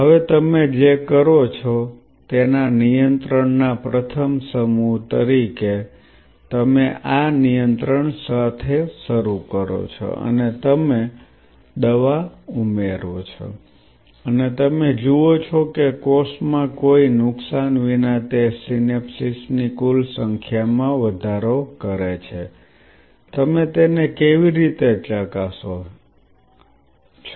હવે તમે જે કરો છો તેના નિયંત્રણના પ્રથમ સમૂહ તરીકે તમે આ નિયંત્રણ સાથે શરૂ કરો છો અને તમે દવા ઉમેરો છો અને તમે જુઓ છો કે કોષોમાં કોઈ નુકસાન વિના તે સિનેપ્સ ની કુલ સંખ્યામાં વધારો કરે છે તમે તેને કેવી રીતે ચકાસો છો